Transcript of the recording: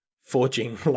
forging